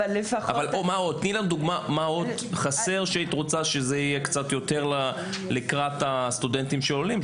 תני דוגמא לעוד דברים שאפשר לעזור בהם לסטודנטים העולים.